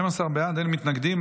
12 בעד, אין מתנגדים.